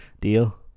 deal